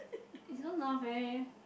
eh you don't laugh eh